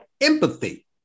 empathy